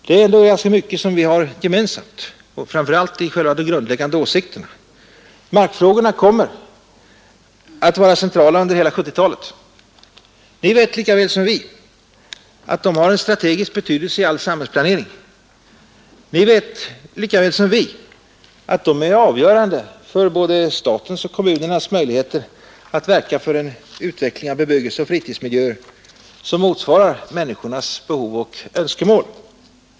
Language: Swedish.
Det är ändå mycket som vi har gemensamt, framför allt i själva de grundläggande åsikterna. Markfrågorna kommer att vara centrala under hela 1970-talet. Ni vet lika väl som vi att de har en strategisk betydelse i all samhällsplanering. Ni vet lika väl som vi att de är avgörande för både statens och kommunernas möjligheter att verka för en utveckling av bebyggelseoch fritidsmiljöer som motsvarar människornas behov och önskemål.